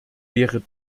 wäre